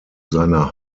seiner